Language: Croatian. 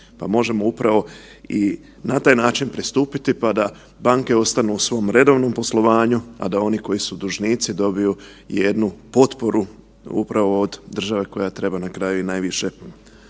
možemo upravo na taj način pristupiti pa da banke ostanu u svom redovnom poslovanju, a da oni koji su dužnici dobiju jednu potporu upravo od države koja treba na kraju i najviše